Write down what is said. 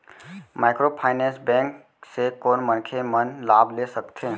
Microfinance bank से कोन मनखे मन लाभ ले सकथे?